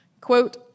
Quote